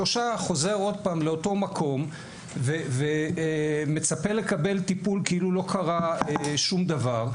שלושה חוזר עוד פעם לאותו מקום ומצפה לקבל טיפול כאילו לא קרה שום דבר.